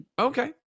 Okay